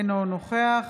אינו נוכח